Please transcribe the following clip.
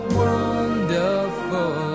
wonderful